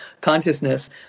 consciousness